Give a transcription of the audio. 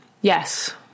Yes